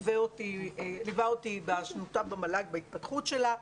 ליווה אותי בשנותיו במל"ג בהתפתחות שלה,